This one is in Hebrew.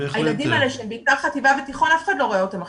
הילדים האלה שהם בעיקר חטיבה ותיכון אף אחד לא רואה אותם עכשיו.